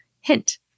Hint